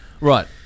Right